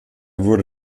wurde